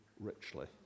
richly